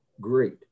Great